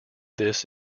this